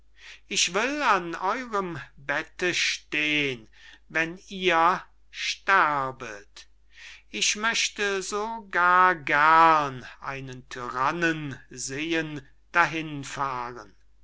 ich will an eurem bette steh'n wenn ihr sterbet ich möchte so gar gern einen tyrannen sehen dahinfahren